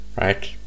right